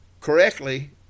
correctly